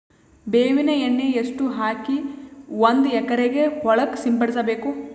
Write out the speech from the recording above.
ಬೇವಿನ ಎಣ್ಣೆ ಎಷ್ಟು ಹಾಕಿ ಒಂದ ಎಕರೆಗೆ ಹೊಳಕ್ಕ ಸಿಂಪಡಸಬೇಕು?